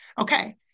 Okay